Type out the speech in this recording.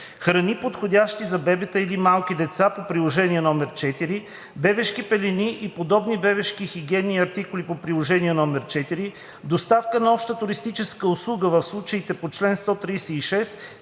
храни, подходящи за бебета или за малки деца по приложение № 4; - бебешки пелени и подобни бебешки хигиенни артикули по приложение № 4; - доставка на обща туристическа услуга в случаите по чл. 136,